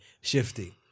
Shifty